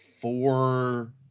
four